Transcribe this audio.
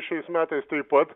šiais metais taip pat